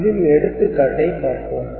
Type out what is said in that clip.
இதில் எடுத்துக்காட்டை பார்ப்போம்